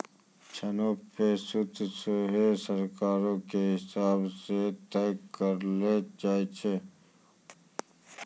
ऋणो पे सूद सेहो सरकारो के हिसाब से तय करलो जाय छै